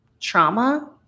trauma